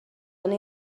han